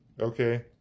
okay